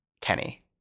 Kenny